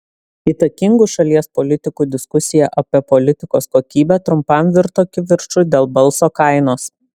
įtakingų šalies politikų diskusija apie politikos kokybę trumpam virto kivirču dėl balso kainos